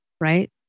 right